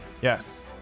Yes